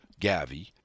GAVI